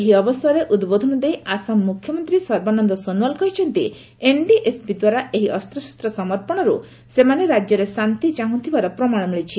ଏହି ଅବସରରେ ଉଦ୍ବୋଧନ ଦେଇ ଆସାମ ମୁଖ୍ୟମନ୍ତୀ ସର୍ବାନନ୍ଦ ସୋନୱାଲ କହିଛନ୍ତି ଏନ୍ଡିଏଫ୍ବି ଦ୍ୱାରା ଏହି ଅସ୍ତ୍ରଶସ୍ତ ସେମାନେ ରାଜ୍ୟରେ ଶାନ୍ତି ଚାହୁଁଥିବାର ପ୍ରମାଣ ମିଳିଛି